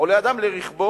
עולה אדם לרכבו